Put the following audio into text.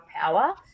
power